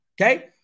okay